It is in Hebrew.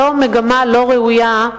זאת מגמה לא ראויה,